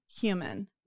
human